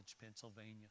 Pennsylvania